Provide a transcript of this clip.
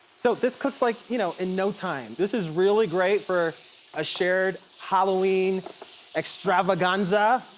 so this cooks like you know in no time. this is really great for a shared halloween extravaganza.